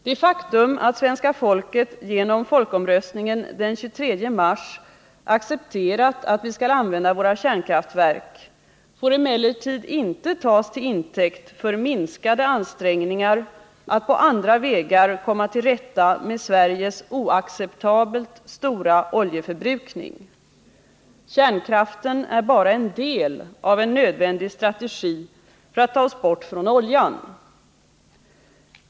Det faktum att svenska folket genom folkomröstningen den 23 mars accepterat att vi skall använda våra kärnkraftverk får emellertid inte tas till intäkt för minskade ansträngningar att på andra vägar komma till rätta med Sveriges oacceptabelt stora oljeförbrukning. Kärnkraften är bara en del av en nödvändig strategi för att ta oss bort från oljan.